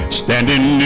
standing